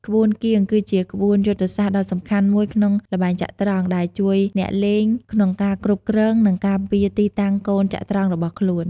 ក្បួនគៀង គឺជាក្បួនយុទ្ធសាស្ត្រដ៏សំខាន់មួយក្នុងល្បែងចត្រង្គ ដែលជួយអ្នកលេងក្នុងការគ្រប់គ្រង និងការពារទីតាំងកូនចត្រង្គរបស់ខ្លួន។